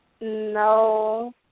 No